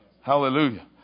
Hallelujah